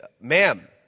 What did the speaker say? ma'am